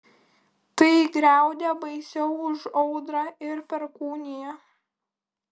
tai griaudė baisiau už audrą ir perkūniją